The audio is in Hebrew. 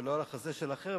ולא על החזה של אחר.